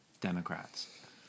Democrats